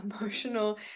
emotional